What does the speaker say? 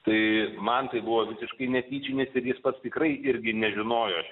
tai man tai buvo visiškai netyčinis ir jis pats tikrai irgi nežinojo